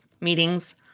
meetings